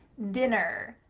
dinner,